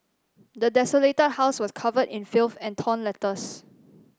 the desolated house was covered in filth and torn letters